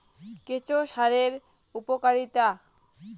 কেঁচো সারের উপকারিতা?